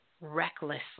recklessly